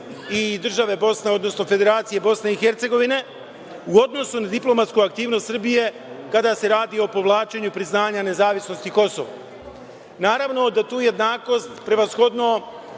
i države Bosne, odnosno Federacije Bosne i Hercegovine u odnosu na diplomatsku aktivnost Srbije, kada se radi o povlačenju priznanja nezavisnosti Kosova? Naravno da tu jednakost prevashodno